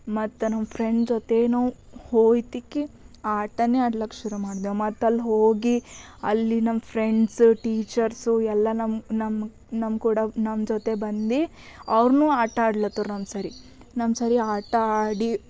ಮತ್ತು ನಮ್ಮ ಫ್ರೆಂಡ್ ಜೊತೆ ಹೋಯ್ತಿಕಿ ಆಟ ಆಡ್ಲಕೆ ಶುರು ಮಾಡ್ದೆವು ಮತ್ತು ಅಲ್ಲಿ ಹೋಗಿ ಅಲ್ಲಿ ನಮ್ಮ ಫ್ರೆಂಡ್ಸ್ ಟೀಚರ್ಸು ಎಲ್ಲ ನಮ್ಮ ನಮ್ಗೆ ನಮ್ಮ ಕೂಡ ನಮ್ಮ ಜೊತೆ ಬಂದು ಅವ್ರುನೂ ಆಟಾಡ್ಲತ್ತರ್ ನಮ್ಮ ಸರಿ ನಮ್ಮ ಸರಿ ಆಟ ಆಡಿ